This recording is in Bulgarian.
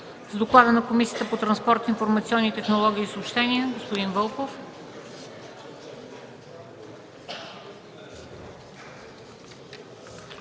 Доклад на Комисията по транспорт, информационни технологии и съобщения – господин Вълков.